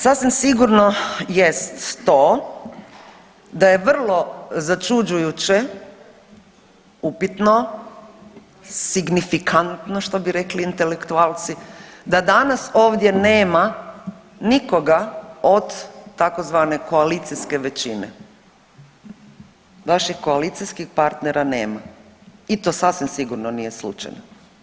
Sasvim sigurno jest to da je vrlo začuđujuće upitno, signifikantno što bi rekli intelektualci, da danas ovdje nema nikoga od tzv. koalicijske većine, vaših koalicijskih partnera nema i to sasvim sigurno nije slučajno.